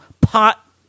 pot